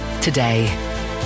Today